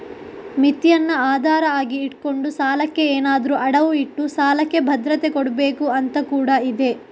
ಮಿತಿಯನ್ನ ಆಧಾರ ಆಗಿ ಇಟ್ಕೊಂಡು ಸಾಲಕ್ಕೆ ಏನಾದ್ರೂ ಅಡವು ಇಟ್ಟು ಸಾಲಕ್ಕೆ ಭದ್ರತೆ ಕೊಡ್ಬೇಕು ಅಂತ ಕೂಡಾ ಇದೆ